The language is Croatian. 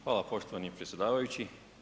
Hvala poštovani predsjedavajući.